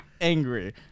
angry